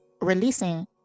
releasing